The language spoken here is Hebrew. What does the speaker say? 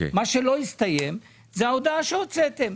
מה שלא הסתיים זה ההודעה שהוצאתם.